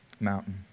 mountain